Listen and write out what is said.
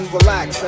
Relax